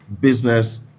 business